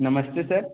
नमस्ते सर